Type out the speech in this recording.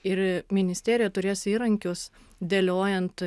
ir ministerija turės įrankius dėliojant